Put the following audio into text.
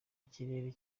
ikirere